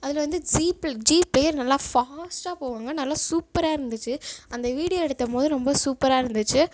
அதில் வந்து ஸீப்பில் ஜீப்பே நல்லா ஃபாஸ்ட்டாக போகுங்க நல்லா சூப்பராக இருந்துச்சு அந்த வீடியோ எடுத்த போது ரொம்ப சூப்பராக இருந்துச்சு